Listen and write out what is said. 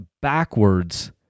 backwards